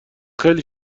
خیلی